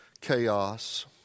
chaos